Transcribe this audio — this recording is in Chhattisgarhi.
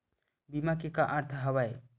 बीमा के का अर्थ हवय?